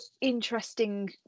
interesting